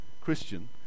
Christian